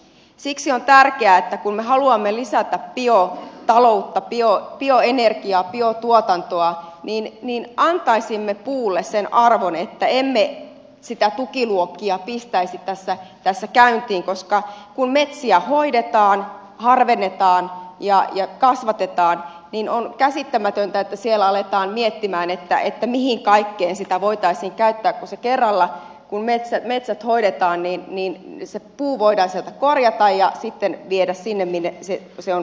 siksi on tärkeää että kun me haluamme lisätä biotaloutta bioenergiaa biotuotantoa niin antaisimme puulle sen arvon että emme niitä tukiluokkia pistäisi tässä käyntiin koska kun metsiä hoidetaan harvennetaan ja kasvatetaan niin on käsittämätöntä että siellä aletaan miettimään mihin kaikkeen sitä voitaisiin käyttää kun kerralla kun metsät hoidetaan se puu voidaan sieltä korjata ja sitten viedä sinne minne se on tarkoitus viedäkin